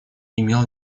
имел